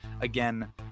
again